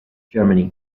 germany